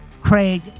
Craig